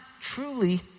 truly